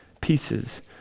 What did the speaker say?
pieces